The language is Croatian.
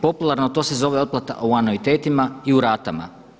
Popularno to se zove otplata o anuitetima i u ratama.